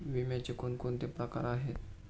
विम्याचे कोणकोणते प्रकार आहेत?